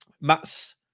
Matt's